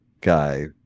guy